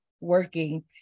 working